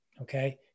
Okay